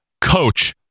Coach